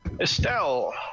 Estelle